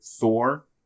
Thor